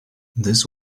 this